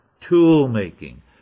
tool-making